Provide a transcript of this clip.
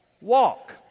walk